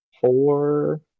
four